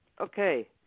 Okay